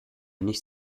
nicht